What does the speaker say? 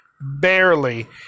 barely